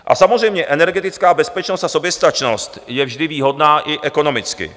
A samozřejmě energetická bezpečnost a soběstačnost je vždy výhodná i ekonomicky.